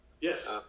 yes